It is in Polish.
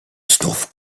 znowu